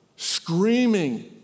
screaming